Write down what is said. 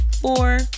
four